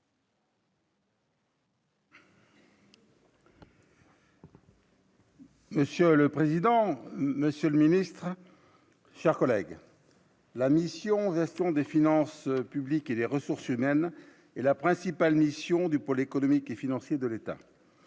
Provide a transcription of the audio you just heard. Monsieur le président, Monsieur le Ministre, chers collègues, la mission sont des finances publiques et des ressources humaines et la principale mission du pôle économique et financier de l'État,